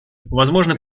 возможно